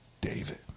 David